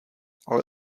ale